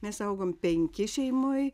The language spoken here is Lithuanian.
mes augom penki šeimoj